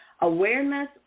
Awareness